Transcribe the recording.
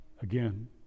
again